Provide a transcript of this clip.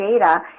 data